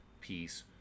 peace